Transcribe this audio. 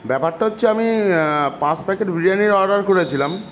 ব্যাপারটা হচ্ছে আমি পাঁচ প্যাকেট বিরিয়ানির অর্ডার করেছিলাম